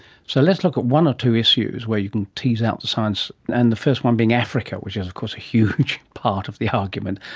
so let's look at one or two issues where you can tease out the science, and the first one being africa which is of course a huge part of the argument.